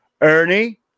Ernie